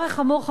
הדבר החמור הוא,